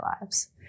lives